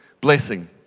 blessing